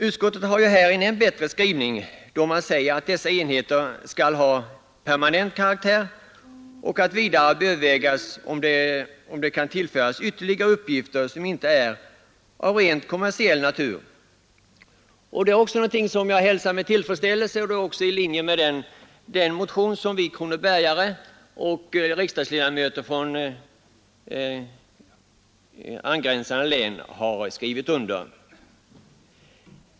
Utskottet har här en än bättre skrivning än propositionen, och anför att enheterna bör ha permanent karaktär samt att vidare bör övervägas om man kan tillföra dem ytterligare uppgifter som inte är av rent kommersiell natur. Det är också någonting som jag hälsar med tillfredsställelse, och det är i linje med den motion som vi kronobergare och riksdagsledamöter från angränsande län har skrivit under.